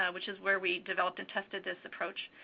ah which is where we developed and tested this approach,